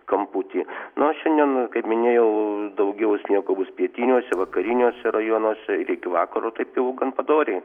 kamputį na o šiandien kaip minėjau daugiau sniego bus pietiniuose vakariniuose rajonuose ir iki vakaro taip jau gan padoriai